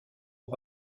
aux